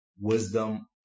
wisdom